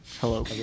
Hello